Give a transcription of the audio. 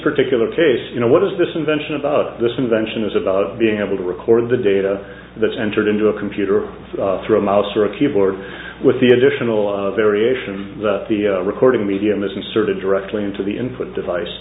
particular case you know what is this invention about this invention is about being able to record the data that is entered into a computer through a mouse or a keyboard with the additional variation of the recording medium is inserted directly into the input device